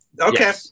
okay